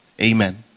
Amen